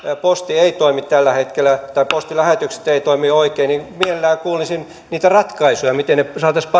posti ei toimi tällä hetkellä tai postilähetykset eivät toimi oikein niin mielellään kuulisin niitä ratkaisuja miten ne saataisiin